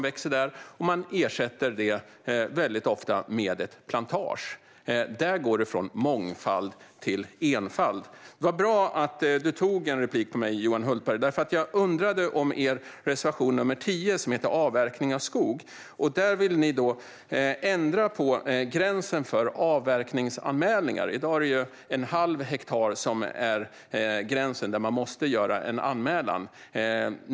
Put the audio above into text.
Väldigt ofta ersätter man den med en plantage. Där går det från mångfald till enfald. Det var bra att du begärde replik, Johan Hultberg, för jag undrade över er reservation nr 10 "Avverkning av skog" där ni vill ändra på gränsen för avverkningsanmälan. I dag är det en halv hektar som är gränsen för när man måste göra en anmälan.